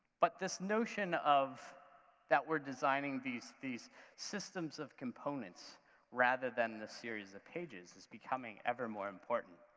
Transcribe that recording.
but this notion of that we're designing these these systems of components rather than the series of pages is becoming ever more important.